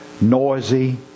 noisy